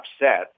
upset